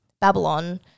Babylon